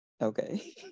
Okay